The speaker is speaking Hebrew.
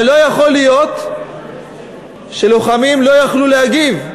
אבל לא יכול להיות שלוחמים לא יוכלו להגיב.